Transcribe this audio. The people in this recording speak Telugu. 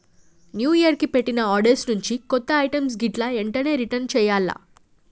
న్యూ ఇయర్ కి పెట్టిన ఆర్డర్స్ నుంచి కొన్ని ఐటమ్స్ గిట్లా ఎంటనే రిటర్న్ చెయ్యాల్ల